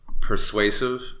persuasive